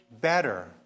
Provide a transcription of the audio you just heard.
better